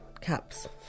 caps